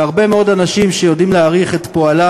והרבה מאוד אנשים שיודעים להעריך את פועלה